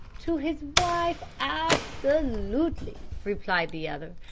to his wife absolutely, replied the other.